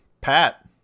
Pat